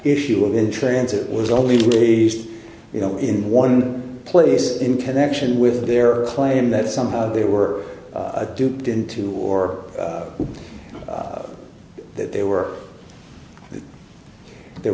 issue of in transit was only released you know in one place in connection with their claim that somehow they were duped into or that they were there